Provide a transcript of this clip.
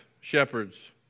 shepherds